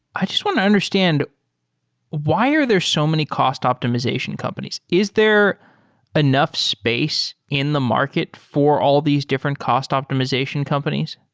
i just want to understand why are there so many cost optimization companies? is there enough space in the market for all these different cost optimization companies?